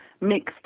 mixed